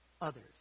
others